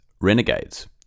Renegades